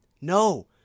no